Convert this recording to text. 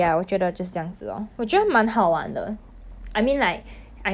how are you going to work and do that at the same time since 有 weekly submissions though